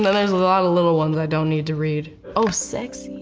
there's a lot of little ones i don't need to read. oh, sexy.